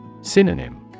Synonym